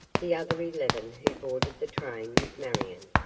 the other eleven who boarded the train with marion,